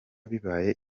bibaye